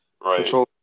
Right